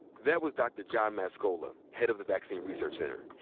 that was dr. john mascola, head of the vaccine research center.